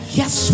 yes